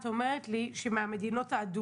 את אומרת לי שמהמדינות האדומות